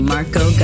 Marco